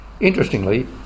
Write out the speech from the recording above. Interestingly